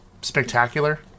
spectacular